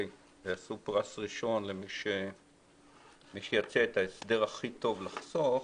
ועשו פרס ראשון למי שיציע את ההסדר הכי טוב לחסוך